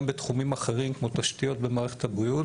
בתחומים אחרים כמו תשתיות במערכת הבריאות,